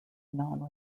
non